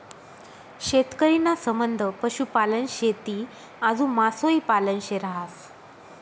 शेतकरी ना संबंध पशुपालन, शेती आजू मासोई पालन शे रहास